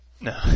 No